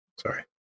Sorry